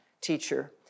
teacher